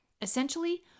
Essentially